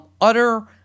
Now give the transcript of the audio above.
utter